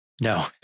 No